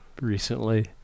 recently